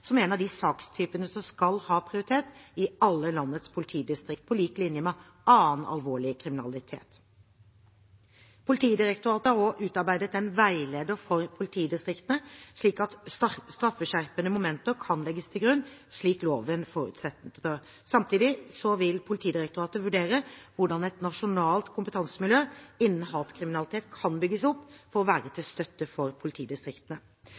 som en av de sakstypene som skal ha prioritet i alle landets politidistrikt, på lik linje med annen alvorlig kriminalitet. Politidirektoratet har også utarbeidet en veileder for politidistriktene, slik at straffeskjerpende momenter kan legges til grunn slik loven forutsetter. Samtidig vil Politidirektoratet vurdere hvordan et nasjonalt kompetansemiljø innen hatkriminalitet kan bygges opp for å være til støtte for politidistriktene.